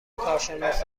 کارشناس